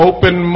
Open